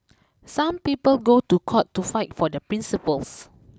some people go to court to fight for their principles